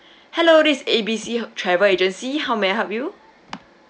hello this is A B C travel agency how may I help you